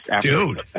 Dude